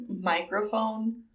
Microphone